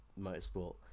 motorsport